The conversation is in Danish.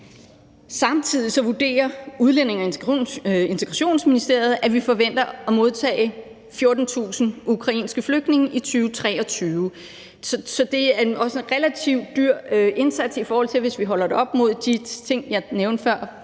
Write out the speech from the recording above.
Samtidig vurderer Udlændinge- og Integrationsministeriet, at vi forventer at modtage 14.000 ukrainske flygtninge i 2023. Så det er også en relativt dyr indsats, hvis vi holder det op mod de ting, jeg nævnte før